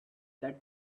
that